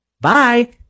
bye